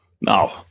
No